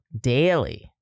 daily